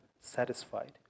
satisfied